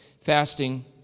Fasting